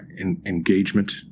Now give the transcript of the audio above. Engagement